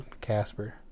Casper